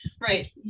right